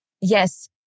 yes